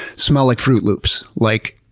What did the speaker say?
smell like froot loops, like,